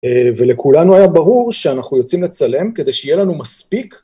ולכולנו היה ברור שאנחנו יוצאים לצלם כדי שיהיה לנו מספיק.